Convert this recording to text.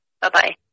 Bye-bye